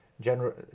general